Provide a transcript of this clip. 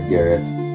Garrett